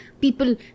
People